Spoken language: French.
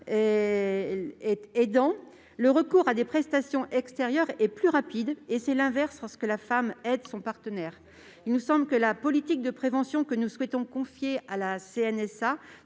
le recours à des prestations extérieures est plus rapide. C'est l'inverse lorsque la femme aide son partenaire. La politique de prévention que nous souhaitons confier à la CNSA